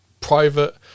private